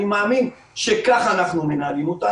אני מאמין שכך אנחנו מנהלים אותו.